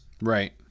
Right